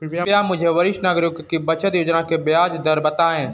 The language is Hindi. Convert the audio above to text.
कृपया मुझे वरिष्ठ नागरिकों की बचत योजना की ब्याज दर बताएं